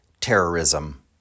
Terrorism